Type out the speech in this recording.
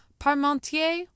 Parmentier